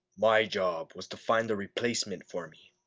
my job was to find the replacement for me,